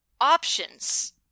options